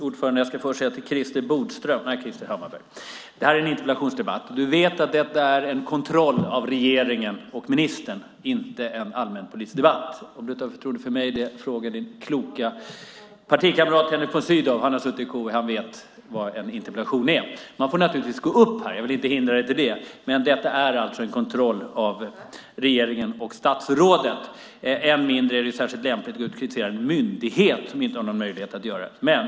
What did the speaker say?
Herr talman! Jag ska först säga till Krister Hammarbergh att detta är en interpellationsdebatt. Du vet att det är en kontroll av regeringen och ministern och inte en allmänpolitisk debatt. Om du inte har förtroende för mig kan du fråga din kloka partikamrat Henrik von Sydow. Han har suttit i KU och vet vad en interpellation är. Jag vill inte hindra dig att gå upp i debatten. Men detta är en kontroll av regeringen och statsrådet. Än mindre är det särskilt lämpligt att kritisera en myndighet som inte har någon möjlighet att besvara kritiken.